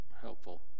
helpful